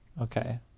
Okay